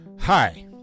Hi